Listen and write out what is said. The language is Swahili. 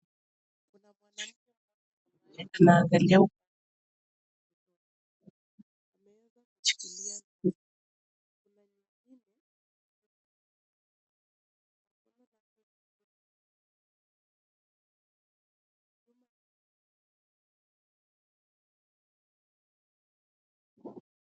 Tunaangalia upande mwingine tunaona